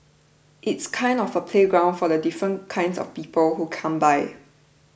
it's kind of a playground for the different kinds of people who come by